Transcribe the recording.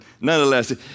nonetheless